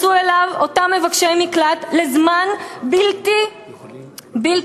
אליו אותם מבקשי מקלט לזמן בלתי ידוע.